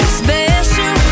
special